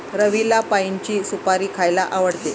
रवीला पाइनची सुपारी खायला आवडते